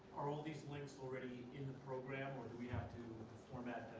are all of this links already in the program format